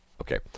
Okay